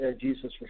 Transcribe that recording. Jesus